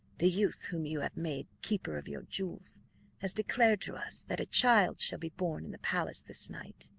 the youth whom you have made keeper of your jewels has declared to us that a child shall be born in the palace this night,